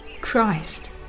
Christ